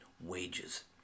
Wages